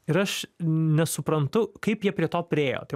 ir aš nesuprantu kaip jie prie to priėjo tai